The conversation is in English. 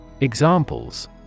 Examples